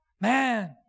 Man